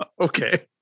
Okay